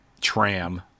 tram